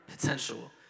potential